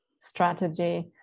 strategy